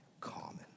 common